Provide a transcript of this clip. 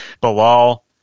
Bilal